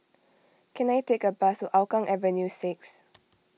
can I take a bus to Hougang Avenue six